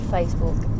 Facebook